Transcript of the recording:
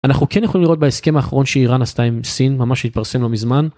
אנחנו כן יכולים לראות בהסכם האחרון שאיראן עשתה עם סין ממש התפרסם לא מזמן.